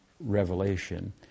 revelation